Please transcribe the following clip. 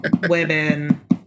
women